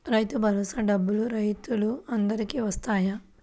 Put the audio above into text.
రైతు భరోసా డబ్బులు రైతులు అందరికి వస్తాయా?